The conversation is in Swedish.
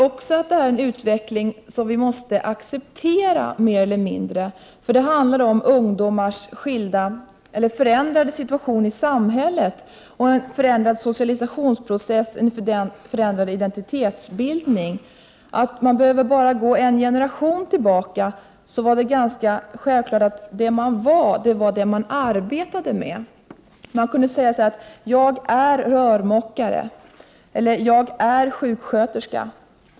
Det här är en utveckling som jag tror att vi mer eller mindre måste acceptera. Det handlar om ungdomars förändrade situation i samhället, en förändrad socialisationsprocess och en förändrad identitetsbildning. Vi behöver bara gå en generation tillbaka för att finna att det då var ganska självklart att en människa var det som hon arbetade med. Man kunde säga: Jag är rörmokare. Jag är sjuksköterska.